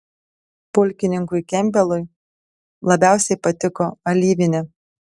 pulkininkui kempbelui labiausiai patiko alyvinė